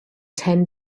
ten